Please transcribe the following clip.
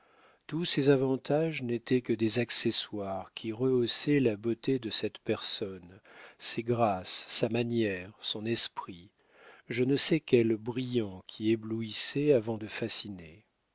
tous ces avantages n'étaient que des accessoires qui rehaussaient la beauté de cette personne ses grâces ses manières son esprit je ne sais quel brillant qui éblouissait avant de fasciner